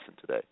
today